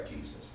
Jesus